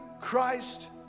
Christ